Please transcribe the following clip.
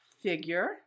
figure